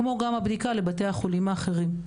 כמו גם הבדיקה לבתי החולים האחרים.